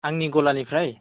आंनि गलानिफ्राय